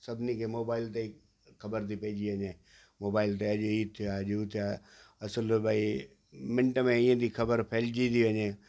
सभिनी खे मोबाइल ते ई ख़बर थी पेईजी वञे मोबाइल ते अॼु ई थियो आहे अॼु हू थियो आहे असुलु भई मिंट में इअं थी ख़बर फहिलजी थी वञे